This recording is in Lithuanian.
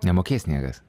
nemokės niekas